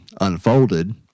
unfolded